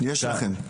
יש לכם.